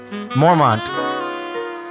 Mormont